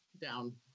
down